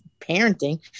parenting